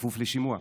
בכפוף לשימוע.